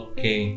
Okay